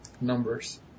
numbers